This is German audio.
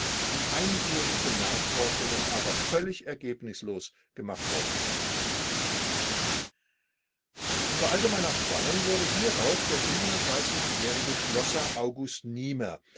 die eingehendsten nachforschungen aber vollständig ergebnislos gemacht worden seien unter allgemeiner spannung wurde hierauf der jährige schlosser august niemer